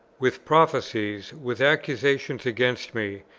with prophecies, with accusations against me,